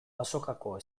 azokako